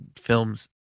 films